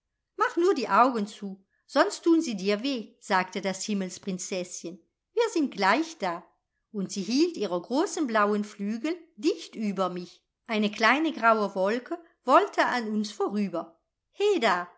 mach nur die augen zu sonst tun sie dir weh sagte das himmelsprinzeßchen wir sind gleich da und sie hielt ihre großen blauen flügel dicht über mich eine kleine graue wolke wollte an uns vorüber heda